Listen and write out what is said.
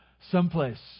Someplace